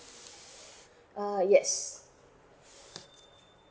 uh yes